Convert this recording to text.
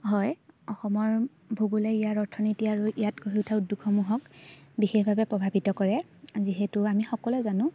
হয় অসমৰ ভূগোলে ইয়াৰ অৰ্থনীতি আৰু ইয়াত গঢ়ি থকা উদ্যোগসমূহক বিশেষভাৱে প্ৰভাৱিত কৰে যিহেতু আমি সকলোৱে জানোঁ